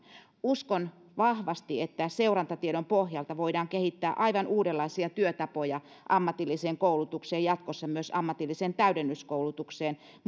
uskon vahvasti että seurantatiedon pohjalta voidaan kehittää aivan uudenlaisia työtapoja ammatilliseen koulutukseen jatkossa myös ammatilliseen täydennyskoulutukseen